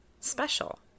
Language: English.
special